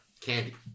candy